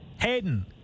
Hayden